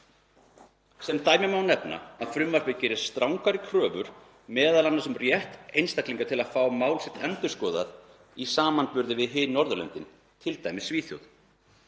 Sem dæmi má nefna að frumvarpið gerir strangari kröfu m.a. um rétt einstaklinga til að fá mál sitt endurskoðað í samanburði við hin Norðurlöndin, þ.m.t. Svíþjóð.